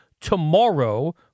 tomorrow